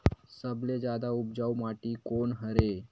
सबले जादा उपजाऊ माटी कोन हरे?